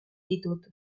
ditut